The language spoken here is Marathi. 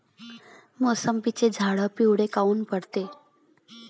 मोसंबीचे झाडं पिवळे काऊन पडते?